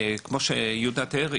כמו שיהודה תיאר,